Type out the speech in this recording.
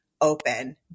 open